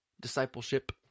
Discipleship